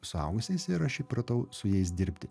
suaugusiais ir aš įpratau su jais dirbti